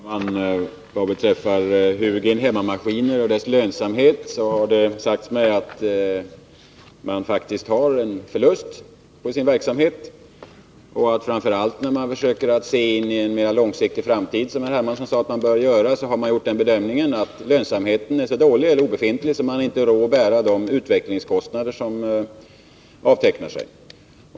Herr talman! Vad beträffar Hugin Hemmaskiner och dess lönsamhet har det sagts mig att företaget faktiskt gör en förlust på sin verksamhet. Och framför allt när man försökt att se in i framtiden mera långsiktigt, som herr Hermansson anser att man bör göra, har man gjort den bedömningen att lönsamheten är så dålig — eller rent av obefintlig — att man inte har råd att bära de utvecklingskostnader som avtecknar sig.